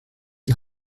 die